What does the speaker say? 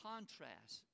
Contrast